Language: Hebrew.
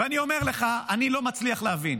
ואני אומר לך, אני לא מצליח להבין,